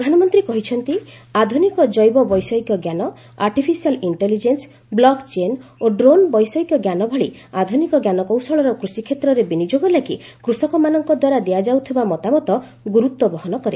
ପ୍ରଧାନମନ୍ତ୍ରୀ କହିଛନ୍ତି ଆଧୁନିକ ଜୈବ ବୈଷୟିକ ଜ୍ଞାନ ଆର୍ଟିଫିସିଆଲ୍ ଇଷ୍ଟେଲିଜେନ୍ସ୍ ବ୍ଲକ୍ ଚେନ୍ ଓ ଡ୍ରୋନ୍ ବୈଷୟିକ ଜ୍ଞାନ ଭଳି ଆଧୁନିକ ଜ୍ଞାନକୌଶଳର କୃଷିକ୍ଷେତ୍ରରେ ବିନିଯୋଗ ଲାଗି କୃଷକମାନଙ୍କଦ୍ୱାରା ଦିଆଯାଉଥିବା ମତାମତ ଗୁରୁତ୍ୱ ବହନ କରେ